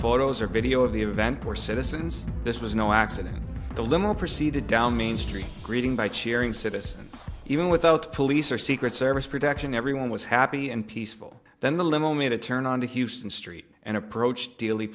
photos or video of the and for citizens this was no accident the limo proceeded down main street greeting by cheering citizens even without police or secret service protection everyone was happy and peaceful then the limo made a turn on to houston street and approached d